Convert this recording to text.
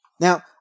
Now